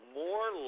more